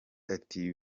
ati